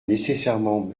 nécessairement